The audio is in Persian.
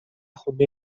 خونه